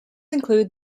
include